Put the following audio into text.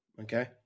okay